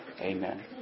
amen